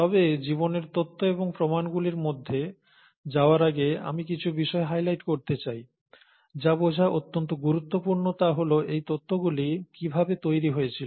তবে জীবনের তত্ত্ব ও প্রমাণগুলির মধ্যে যাওয়ার আগে আমি কিছু বিষয় হাইলাইট করতে চাই যা বোঝা অত্যন্ত গুরুত্বপূর্ণ তা হল এই তত্ত্বগুলি কিভাবে তৈরি হয়েছিল